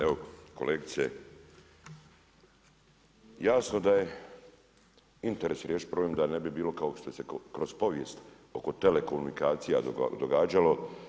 Evo kolegice, jasno da je interes riješiti problem da ne bilo kao što se kroz povijest oko telekomunikacija događalo.